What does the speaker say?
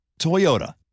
Toyota